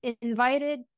invited